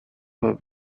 would